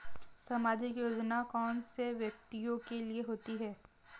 सामाजिक योजना कौन से व्यक्तियों के लिए होती है?